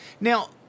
Now